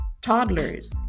toddlers